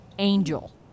angel